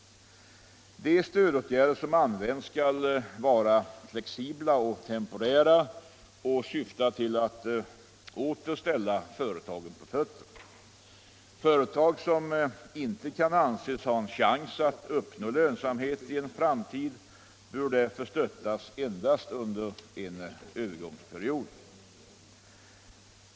De stödåtgärder som används skall vara flexibla, temporära och syfta till att åter ställa företagen på fötter. Företag som inte kan anses ha en chans att uppnå lönsamhet i en framtid bör därför stödjas endast under en övergångsperiod.